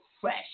Fresh